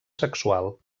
sexual